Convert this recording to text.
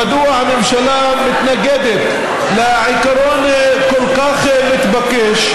מדוע הממשלה מתנגדת לעיקרון כל כך מתבקש,